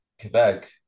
Quebec